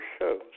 shows